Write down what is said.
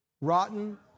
rotten